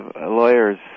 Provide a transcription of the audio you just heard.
lawyers